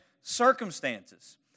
circumstances